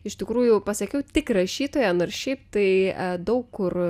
iš tikrųjų pasakiau tik rašytoja nors šiaip tai daug kur